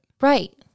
right